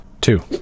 Two